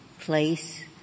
place